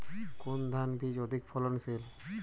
কোন ধান বীজ অধিক ফলনশীল?